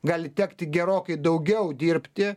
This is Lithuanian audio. gali tekti gerokai daugiau dirbti